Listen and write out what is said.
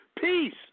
peace